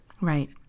Right